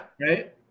Right